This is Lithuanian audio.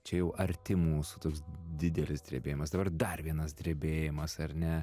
čia jau arti mūsų toks didelis drebėjimas dabar dar vienas drebėjimas ar ne